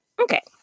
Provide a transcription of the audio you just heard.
Okay